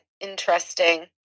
Interesting